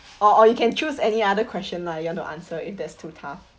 or or you can choose any other question lah you want to answer if that's too tough